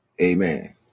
Amen